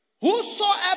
whosoever